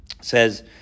Says